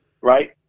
right